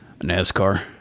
NASCAR